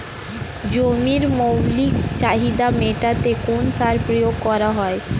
জমির মৌলিক চাহিদা মেটাতে কোন সার প্রয়োগ করা হয়?